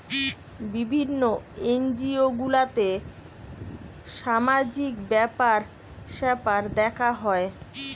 বিভিন্ন এনজিও গুলাতে সামাজিক ব্যাপার স্যাপার দেখা হয়